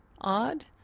Odd